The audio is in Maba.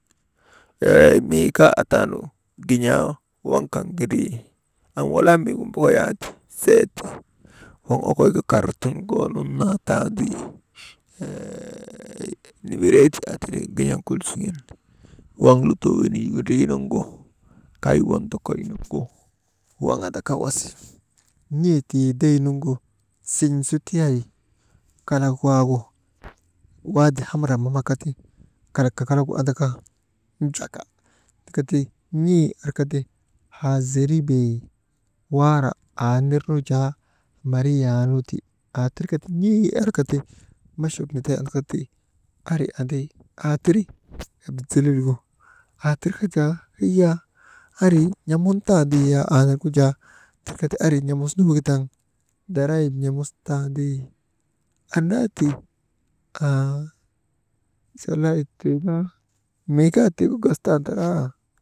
Eey mii kaa aataanu gin̰aa waŋ gindrii, walaa miigu mbokoyandi seti waŋ okoyka kartuum goo nun naatandi, eey nimireeti aa tiri gen̰eŋ kul siŋen waŋ lutoo wenii windrii muŋgu kay wondokoy gu, waŋ andaka wasi, n̰ee tii dey nuŋgu siyn̰ su ti tiyay, kalak waagu waadi hamra mamaka ti kalak kakalagu andaka njaka tindika ti n̰ee, arka ti haa zeribee waara aanirnu jaa mariyanu ti machuk niday andakati anri andi, atirnu jaa ari n̰amuntaa di, aa nirgu jaa tirka ti ari n̰amusn wegitaŋ darayip layik n̰amustaandi, annaa ti, aa salaagik tii kaa mi kaa dum gastanderaa.